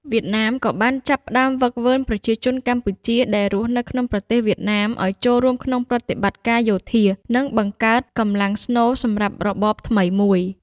វៀតណាមក៏បានចាប់ផ្តើមហ្វឹកហ្វឺនប្រជាជនកម្ពុជាដែលរស់នៅក្នុងប្រទេសវៀតណាមឱ្យចូលរួមក្នុងប្រតិបត្តិការយោធា និងបង្កើតកម្លាំងស្នូលសម្រាប់របបថ្មីមួយ។